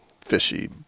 fishy